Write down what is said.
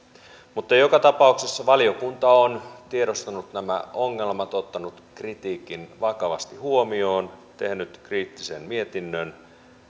mutta joka tapauksessa valiokunta on tiedostanut nämä ongelmat ottanut kritiikin vakavasti huomioon tehnyt kriittisen mietinnön